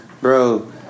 bro